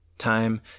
time